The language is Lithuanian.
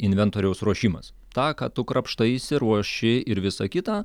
inventoriaus ruošimas tą ką tu krapštaisi ruoši ir visa kita